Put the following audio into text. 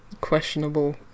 questionable